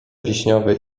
wiśniowy